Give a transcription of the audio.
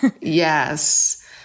Yes